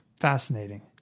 Fascinating